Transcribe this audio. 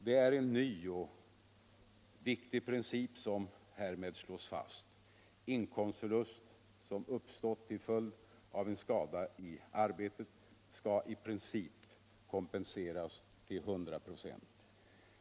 Det är en ny och viktig princip som härmed slås fast: inkomstförlust som uppstått till följd av en skada i arbetet skall i princip kompenseras till 100 26.